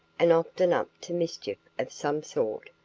and often up to mischief of some sort.